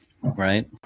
right